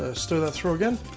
ah stir that through again.